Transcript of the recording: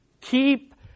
keep